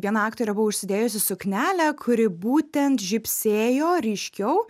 viena aktorė buvo užsidėjusi suknelę kuri būtent žybsėjo ryškiau